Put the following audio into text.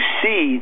see